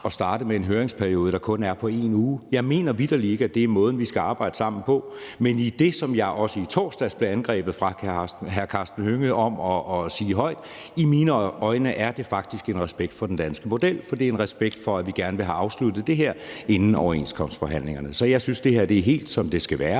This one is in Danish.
Så jeg synes, det her er helt, som det skal være.